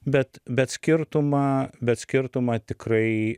bet bet skirtumą bet skirtumą tikrai